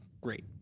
great